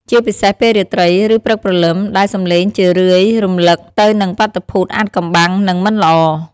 ជាពិសេសពេលរាត្រី ឬព្រឹកព្រលឹម ដែលសំឡេងជារឿយរំលឹកទៅនឹងបាតុភូតអាថ៌កំបាំង និងមិនល្អ។